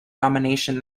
domination